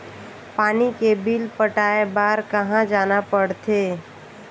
पानी के बिल पटाय बार कहा जाना पड़थे?